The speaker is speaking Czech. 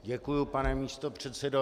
Děkuji, pane místopředsedo.